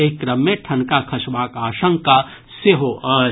एहि क्रम मे ठनका खसबाक आशंका सेहो अछि